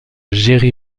géré